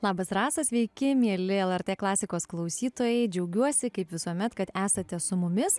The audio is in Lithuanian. labas rasa sveiki mieli lrt klasikos klausytojai džiaugiuosi kaip visuomet kad esate su mumis